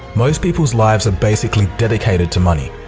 most people's lives are basically dedicated to money.